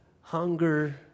hunger